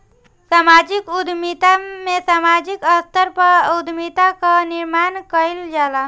समाजिक उद्यमिता में सामाजिक स्तर पअ उद्यमिता कअ निर्माण कईल जाला